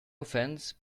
offense